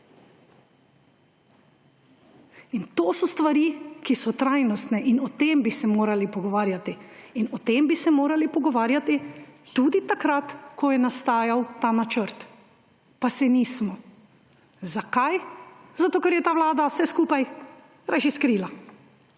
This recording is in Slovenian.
In to so stvari, ki so trajnostne, in o tem bi se morali pogovarjati in o tem bi se morali pogovarjati tudi takrat, ko je nastajal ta načrt. Pa se nismo. Zakaj? Zato, ker je ta vlada vse skupaj rajši skrila.